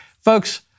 Folks